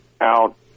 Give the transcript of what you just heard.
out